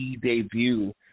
debut